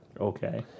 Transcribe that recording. Okay